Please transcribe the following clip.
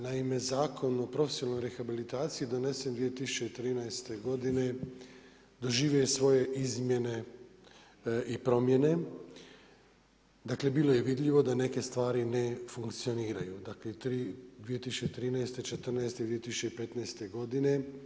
Naime, Zakon o profesionalnoj rehabilitaciji donesen 2013. godine doživio je svoje izmjene i promjene, dakle bilo je vidljivo da neke stvari ne funkcioniraju, dakle 2013., 2014., 2015. godine.